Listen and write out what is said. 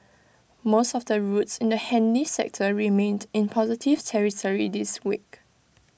most of the routes in the handy sector remained in positive territory this week